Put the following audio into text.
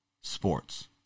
Sports